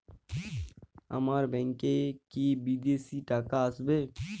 আমার ব্যংকে কি বিদেশি টাকা আসবে?